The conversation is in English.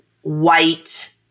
white